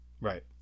Right